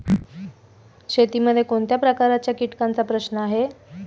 शेतीमध्ये कोणत्या प्रकारच्या कीटकांचा प्रश्न आहे?